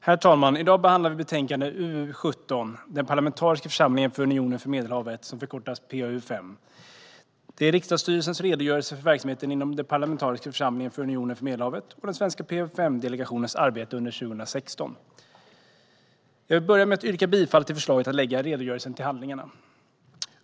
Herr talman! I dag behandlar vi betänkande UU17 Den parlamentariska församlingen för Unionen för Medelhavet . Det är riksdagsstyrelsens redogörelse för verksamheten inom Parlamentariska församlingen för Unionen för Medelhavet och den svenska PA-UfM-delegationens arbete under 2016. Jag vill börja med att yrka bifall till förslaget att lägga redogörelsen till handlingarna.